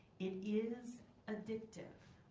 it is addictive.